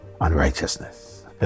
unrighteousness